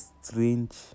strange